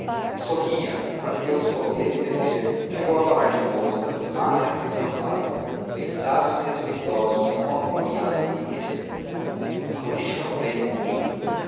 e sorria fazia-os comer e beber chegou a falar de moças mas aqui os rapazes vexados e respeitosos não acompanharam o ex ministro a política veio morrendo